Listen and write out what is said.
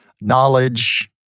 Knowledge